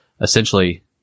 essentially